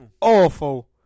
awful